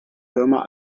firma